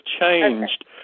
changed